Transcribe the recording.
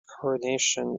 coronation